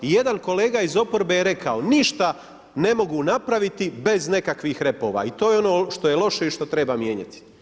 I jedan kolega iz oporbe je rekao ništa ne mogu napraviti bez nekakvih repova i to je ono što je loše i što treba mijenjati.